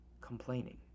complaining